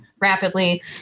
rapidly